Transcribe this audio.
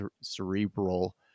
cerebral